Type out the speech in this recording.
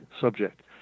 subject